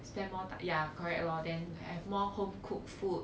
spend more time ya correct lor then have more home cooked food